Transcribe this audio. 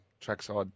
trackside